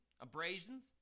abrasions